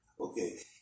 okay